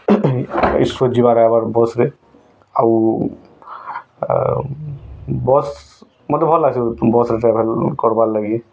school ଯିବାର ଆଏବା ବସ୍ରେ ଆଉ ବସ୍ ମୋତେ ଭଲ୍ ଲାଗ୍ସି ବସ୍ରେ ଟ୍ରାଭେଲ୍ କର୍ବାର୍ଲାଗି